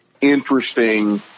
interesting